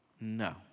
No